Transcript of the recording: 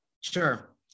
Sure